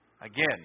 Again